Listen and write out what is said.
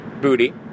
booty